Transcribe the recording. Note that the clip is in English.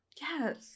Yes